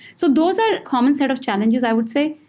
so those are a common set of challenges, i would say,